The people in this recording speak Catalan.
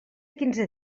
quinze